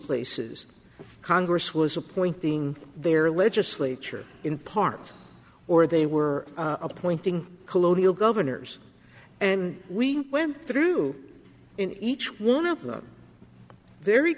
places congress was a point being their legislature in part or they were appointing colonial governors and we went through in each one of them very